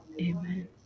amen